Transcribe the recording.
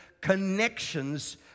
connections